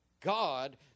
God